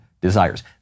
desires